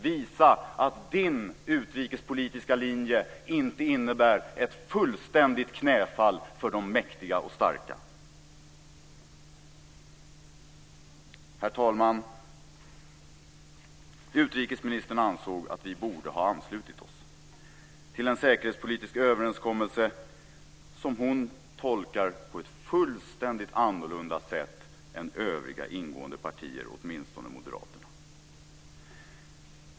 Visa att din utrikespolitiska linje inte innebär ett fullständigt knäfall för de mäktiga och starka! Herr talman! Utrikesministern ansåg att vi borde ha anslutit oss till en säkerhetspolitisk överenskommelse som hon tolkar på ett fullständigt annorlunda sätt än övriga ingående partier, eller åtminstone Moderaterna.